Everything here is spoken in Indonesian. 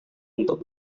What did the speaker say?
untuk